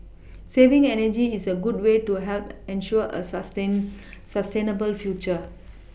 saving energy is a good way to help ensure a sustain sustainable future